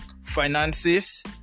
finances